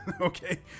Okay